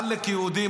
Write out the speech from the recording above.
עלק יהודי,